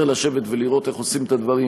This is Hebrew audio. צריך לשבת ולראות איך עושים את הדברים.